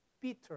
Peter